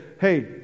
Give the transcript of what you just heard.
hey